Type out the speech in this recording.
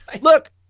Look